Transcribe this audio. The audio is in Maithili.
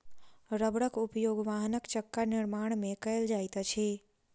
रबड़क उपयोग वाहनक चक्का निर्माण में कयल जाइत अछि